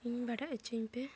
ᱤᱧ ᱵᱟᱰᱟᱭ ᱚᱪᱚᱧ ᱯᱮ